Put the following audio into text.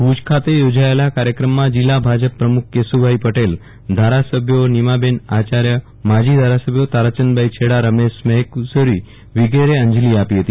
ભુજ ખાતે યોજાયેલા કાર્યક્રમમાં જિલ્લા ભાજપ પ્રમુખ કેશભાઈ પટેલ ધારાસભ્ય નીમાબેન આચા ર્ય માજીધારાસભ્યમાં તારાચંદ છેડા રમેશ મહેશ્રી વિગરે અજલી આપી હતો